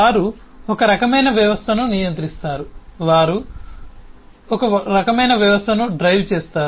వారు రకమైన వ్యవస్థను నియంత్రిస్తారు వారు రకమైన వ్యవస్థను డ్రైవ్ చేస్తారు